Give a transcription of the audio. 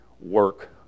work